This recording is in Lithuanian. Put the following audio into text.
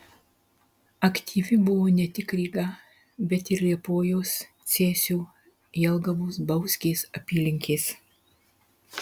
aktyvi buvo ne tik ryga bet ir liepojos cėsių jelgavos bauskės apylinkės